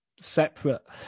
separate